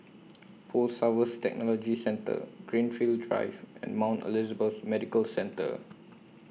Post Harvest Technology Centre Greenfield Drive and Mount Elizabeth Medical Centre